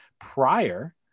Prior